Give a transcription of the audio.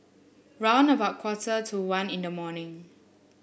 round about quarter to one in the morning